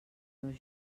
meus